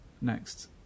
next